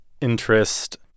interest